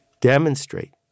demonstrate